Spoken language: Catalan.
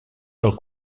del